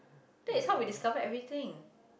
that is how we discover everything